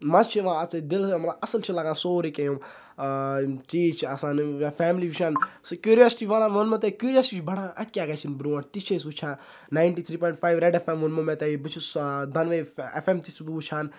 مَزٕ چھِ یِوان اَتھ سۭتۍ دِل لَگان مطلب اَصٕل چھِ لَگان سورُے کینٛہہ یِم یِم چیٖز چھِ آسان یِم یا فیملی وٕچھان سُہ کیوٗریوسٹی والان بہٕ ووٚنمو تۄہہِ کیوٗریوسٹی چھِ بَڑان اَتہِ کیٛاہ گژھِ اَمہِ برونٛٹھ تہِ چھِ أسۍ وٕچھان ninety three point five red F M ووٚنمو مےٚ تۄہہِ بہٕ چھُس سُہ دۄنوَے اٮ۪ف اٮ۪م تہِ چھُس بہٕ وٕچھان